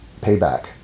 payback